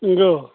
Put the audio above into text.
नंगौ